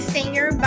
Singer